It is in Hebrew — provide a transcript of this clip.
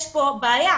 יש פה בעיה.